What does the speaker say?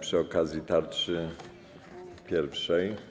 przy okazji tarczy pierwszej.